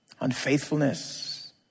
unfaithfulness